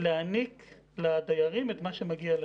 להעניק לדיירים את מה שמגיע להם.